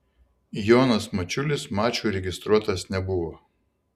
jonas mačiulis mačui registruotas nebuvo